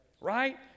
right